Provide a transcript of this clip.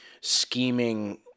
scheming